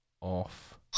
off